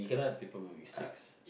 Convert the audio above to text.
people make mistakes